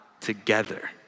together